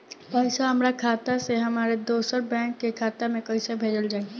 पैसा हमरा खाता से हमारे दोसर बैंक के खाता मे कैसे भेजल जायी?